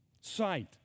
sight